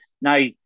Now